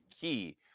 key